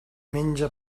menja